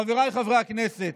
חבריי חברי הכנסת,